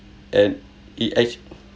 and it actu~